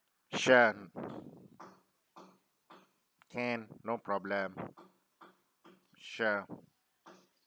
sure can no problem sure